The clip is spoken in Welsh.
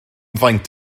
faint